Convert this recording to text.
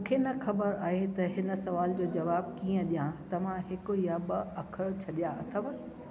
मूंखे न ख़बर आहे त हिन सुवाल जो जवाब कीअं ॾियां तव्हां हिकु या ॿ अख़र छॾिया अथव